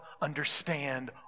understand